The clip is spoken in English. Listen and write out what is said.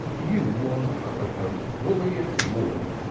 u was an upper-coat, woolly and warm,